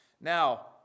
Now